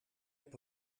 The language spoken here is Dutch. heb